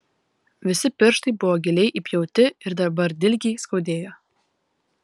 visi pirštai buvo giliai įpjauti ir dabar dilgiai skaudėjo